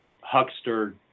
huckster